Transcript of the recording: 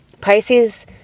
Pisces